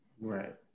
Right